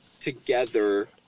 together